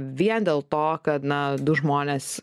vien dėl to kad na du žmonės